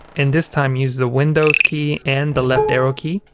and this time, use the windows key and the left arrow key,